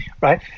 right